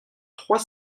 trois